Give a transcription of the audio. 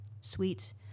sweet